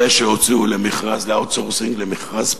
זה שהוציאו ל-outsourcing, למכרז פרטי,